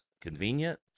convenient